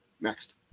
Next